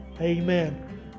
Amen